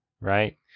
Right